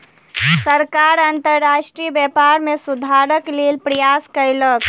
सरकार अंतर्राष्ट्रीय व्यापार में सुधारक लेल प्रयास कयलक